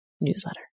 newsletter